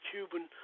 Cuban